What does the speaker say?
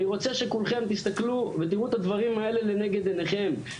אני רוצה שכולכם תסתכלו ותראו את הדברים האלה לנגד עיניכם.